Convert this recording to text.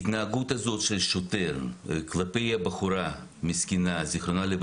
ההתנהגות הזאת של השוטר כלפי הבחורה המסכנה ז"ל,